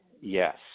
Yes